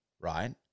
right